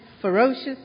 ferocious